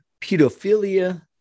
pedophilia